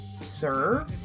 sir